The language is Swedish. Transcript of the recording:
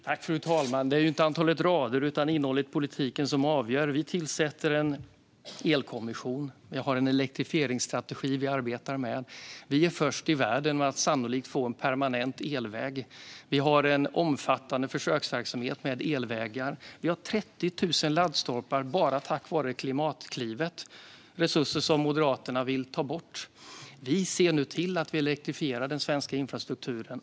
Fru talman! Det är ju inte antalet rader utan innehållet i politiken som avgör. Vi tillsätter en elkommission. Vi har en elektrifieringsstrategi som vi arbetar med. Vi är först i världen med att sannolikt få en permanent elväg. Vi har en omfattande försöksverksamhet med elvägar. Vi har 30 000 laddstolpar bara tack vare Klimatklivet. Det är resurser som Moderaterna vill ta bort. Vi ser nu till att vi elektrifierar den svenska infrastrukturen.